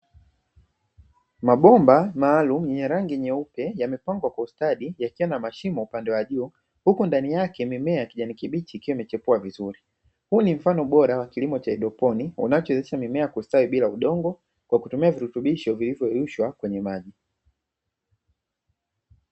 Mabomba maalumu yenye rangi nyeupe yamepangwa kwa ustadi yakiwa mashimo upande wa juu, huku ndani yake mimea ya kijani kibichi ikiwa imechipua vizuri. Huu ni mfano bora wa kilimo cha haidroponi unachowezesha mimea kustawi bila udongo kwa kutumia virutubisho vilivyo yeyushwa kwenye maji.